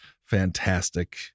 fantastic